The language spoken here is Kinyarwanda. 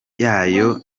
yayo